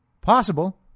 Possible